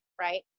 Right